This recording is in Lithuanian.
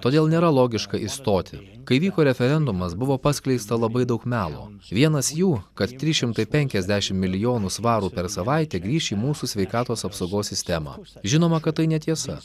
todėl nėra logiška išstoti kai vyko referendumas buvo paskleista labai daug melo vienas jų kad trys šimtai penkiasdešimt milijonų svarų per savaitę grįš į mūsų sveikatos apsaugos sistemą žinoma kad tai netiesa